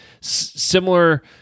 Similar